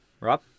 Rob